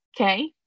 Okay